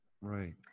right